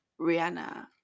rihanna